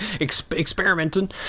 experimenting